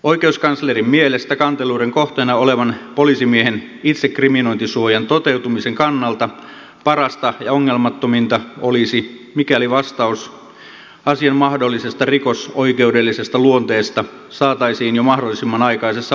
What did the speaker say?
oikeuskanslerin mielestä kanteluiden kohteena olevan poliisimiehen itsekriminointisuojan toteutumisen kannalta parasta ja ongelmattominta olisi mikäli vastaus asian mahdollisesta rikosoikeudellisesta luonteesta saataisiin jo mahdollisimman aikaisessa vaiheessa